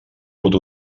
pot